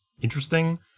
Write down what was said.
interesting